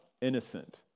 innocent